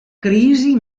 crisi